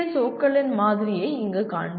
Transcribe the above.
ஓக்களின் மாதிரியை இங்கே காண்போம்